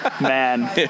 Man